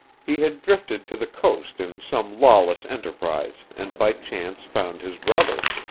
he had drifted to the coast in some lawless enterprise, and by chance found his brother.